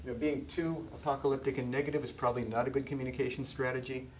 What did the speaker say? ah being too apocalyptic and negative is probably not a good communication strategy.